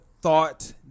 thought